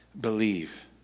believe